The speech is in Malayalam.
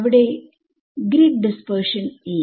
അവിടെ ഗ്രിഡ് ഡിസ്പെർഷൻഇല്ല